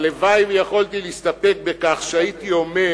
הלוואי שיכולתי להסתפק בכך שהייתי אומר,